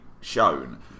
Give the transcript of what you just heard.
shown